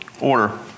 order